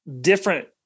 different